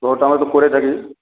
ওটা আমরা তো করে থাকি